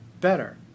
better